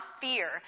fear